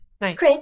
Craig